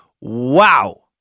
wow